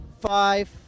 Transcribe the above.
five